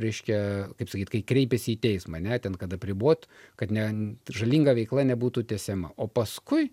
reiškia kaip sakyt kai kreipiasi į teismą ne ten kad apribot kad ne žalinga veikla nebūtų tęsiama o paskui